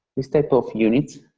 this type of unit,